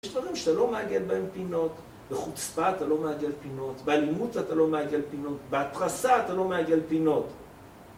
יש דברים שאתה לא מעגל בהם פינות, בחוצפה אתה לא מעגל פינות, באלימות אתה לא מעגל פינות, בהתרסה אתה לא מעגל פינות.